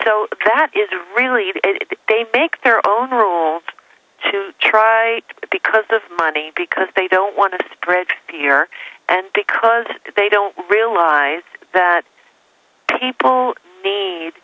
so that is really if they make their own rules to try because of money because they don't want to spread fear and because they don't realize that people need